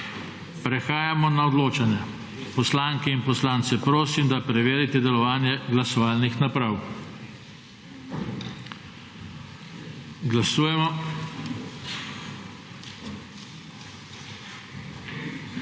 Prehajamo na odločanje. Poslanke in poslance prosim, da preverite delovanje glasovalnih naprav. Glasujemo.